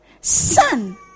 son